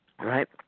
Right